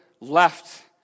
left